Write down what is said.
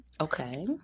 Okay